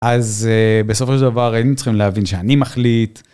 אז בסופו של דבר היינו צריכים להבין שאני מחליט.